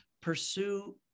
pursue